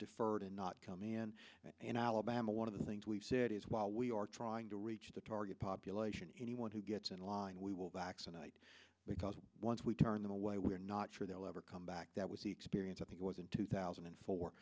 deferred and not come in and alabama one of the things we've said is while we are trying to reach the target population anyone who gets in line we will vaccinate because once we turn them away we're not sure they'll ever come back that was the experience i think it was in two thousand and four